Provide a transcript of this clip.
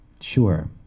Sure